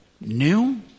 new